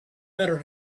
better